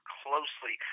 closely